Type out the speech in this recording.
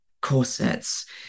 corsets